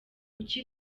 kuki